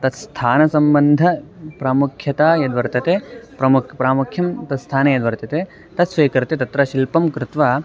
तस्य स्थानसम्बन्धप्रामुख्यता यद्वर्तते प्रमुखप्रामुख्यं तत् स्थाने यद्वर्तते तत् स्वीकृत्य तत्र शिल्पं कृत्वा